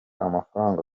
amafaranga